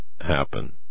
happen